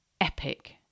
epic